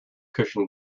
cushion